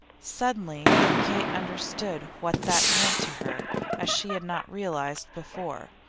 suddenly kate understood what that meant to her as she had not realized before.